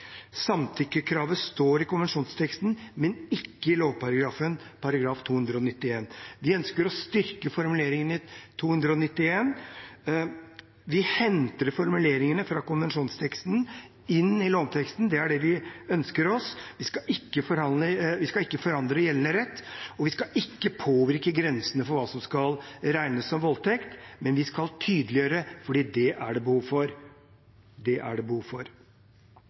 Samtykkekravet står i konvensjonsteksten, men ikke i lovparagrafen, § 291. Vi ønsker å styrke formuleringen i § 291. Vi henter formuleringene fra konvensjonsteksten inn i lovteksten, det er det vi ønsker oss. Vi skal ikke forandre gjeldende rett, og vi skal ikke påvirke grensene for hva som skal regnes som voldtekt, men vi skal tydeliggjøre, for det er det behov for.